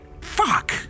Fuck